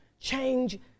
change